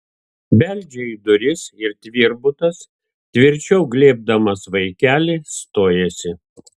beldžia į duris ir tvirbutas tvirčiau glėbdamas vaikelį stojasi